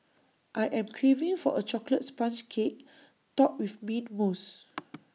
I am craving for A Chocolate Sponge Cake Topped with Mint Mousse